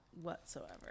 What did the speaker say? whatsoever